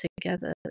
together